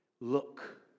look